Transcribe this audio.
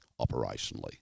operationally